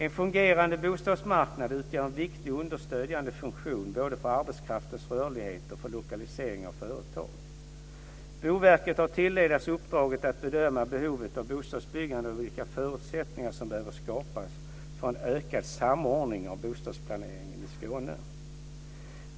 En fungerande bostadsmarknad utgör en viktig understödjande funktion både för arbetskraftens rörlighet och för lokalisering av företag. Boverket har tilldelats uppdraget att bedöma behovet av bostadsbyggande och vilka förutsättningar som behöver skapas för en ökad samordning av bostadsplaneringen i Skåne.